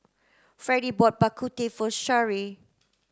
Freddie bought Bak Kut Teh for Sherree